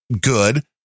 good